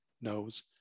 knows